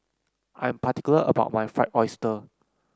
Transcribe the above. I am particular about my Fried Oyster